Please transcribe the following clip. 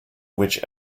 which